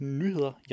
nyheder